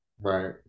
right